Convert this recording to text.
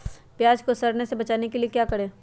प्याज को सड़ने से बचाने के लिए क्या करें?